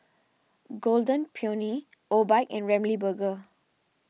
Golden Peony Obike and Ramly Burger